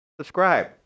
subscribe